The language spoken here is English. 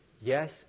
Yes